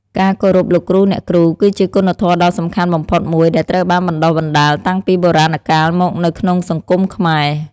ការគោរពលោកគ្រូ អ្នកគ្រូ គឺជាគុណធម៌ដ៏សំខាន់បំផុតមួយ ដែលត្រូវបានបណ្ដុះបណ្ដាលតាំងពីបុរាណកាលមកនៅក្នុងសង្គមខ្មែរ។